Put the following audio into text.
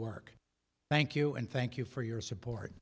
work thank you and thank you for your support